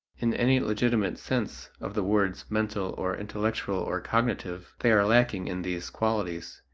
in any legitimate sense of the words mental or intellectual or cognitive, they are lacking in these qualities,